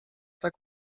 tak